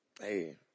Hey